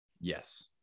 yes